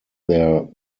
their